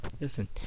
Listen